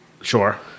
sure